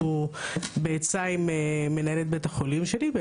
אנחנו בעצה עם מנהלת בית החולים שלי,